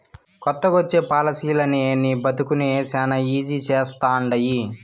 కొత్తగొచ్చే పాలసీలనీ నీ బతుకుని శానా ఈజీ చేస్తండాయి